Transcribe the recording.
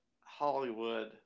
Hollywood